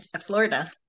florida